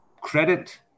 credit